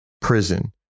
prison